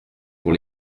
pour